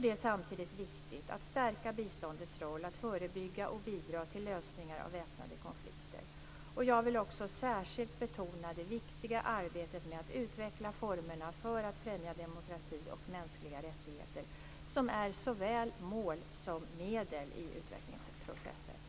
Det är samtidigt viktigt att stärka biståndets roll att förebygga och bidra till lösningar av väpnade konflikter. Jag vill också särskilt betona det viktiga arbetet med att utveckla formerna för att främja demokrati och mänskliga rättigheter, som är såväl mål som medel i utvecklingsprocesser.